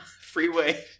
freeway